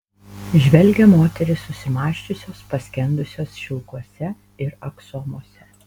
žvelgia moterys susimąsčiusios paskendusios šilkuose ir aksomuose